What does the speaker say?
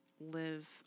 live